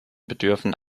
bedürfen